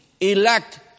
elect